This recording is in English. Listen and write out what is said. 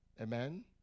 Amen